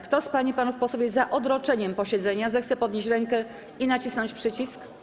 Kto z pań i panów posłów jest za odroczeniem posiedzenia, zechce podnieść rękę i nacisnąć przycisk.